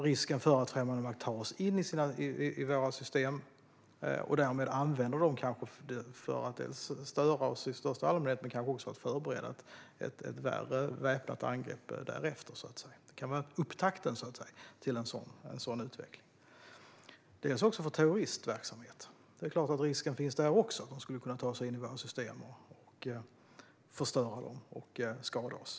Det handlar om risken att främmande makt tar sig in i våra system och därmed kanske använder dem för att störa oss i största allmänhet - men kanske också för att förbereda ett värre väpnat angrepp därefter. Det kan så att säga vara upptakten till en sådan utveckling. Vi blir också sårbara för terroristverksamhet. Det är klart att risken finns där också, att någon kan ta sig in i våra system, förstöra dem och skada oss.